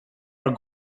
are